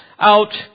Out